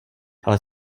ale